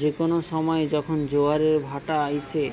যে কোনো সময়ে যখন জোয়ারের ভাঁটা আইসে,